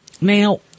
Now